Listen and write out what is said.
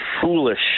foolish